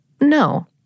No